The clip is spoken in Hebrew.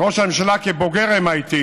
ראש הממשלה, כבוגר MIT,